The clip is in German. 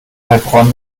heilbronn